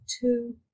two